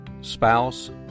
spouse